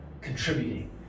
contributing